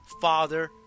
Father